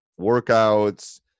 workouts